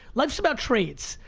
life's about trades.